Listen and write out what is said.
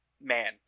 Man